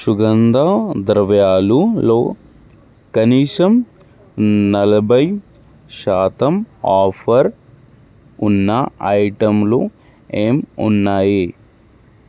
సుగంధ ద్రవ్యాలలో కనీసం నలభై శాతం ఆఫర్ ఉన్న ఐటమ్లు ఏం ఉన్నాయి